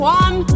one